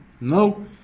No